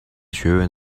学院